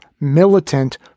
militant